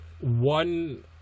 one